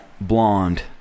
blonde